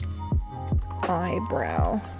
eyebrow